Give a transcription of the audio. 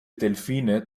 delfine